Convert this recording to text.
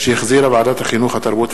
שהחזירה ועדת החינוך,